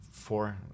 four